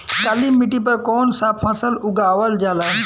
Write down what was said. काली मिट्टी पर कौन सा फ़सल उगावल जाला?